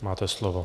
Máte slovo.